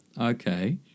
okay